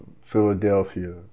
Philadelphia